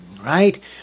right